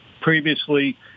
previously